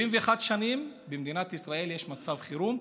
71 שנים במדינת ישראל יש מצב חירום,